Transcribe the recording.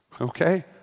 okay